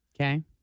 Okay